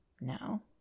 no